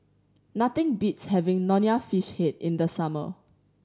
nothing beats having Nonya Fish Head in the summer